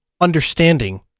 understanding